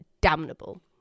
damnable